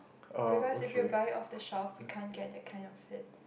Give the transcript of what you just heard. because if you buy of the shop you can't get that kind of fit